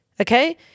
Okay